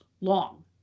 long